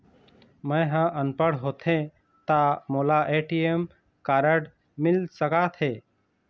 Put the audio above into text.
मैं ह अनपढ़ होथे ता मोला ए.टी.एम कारड मिल सका थे?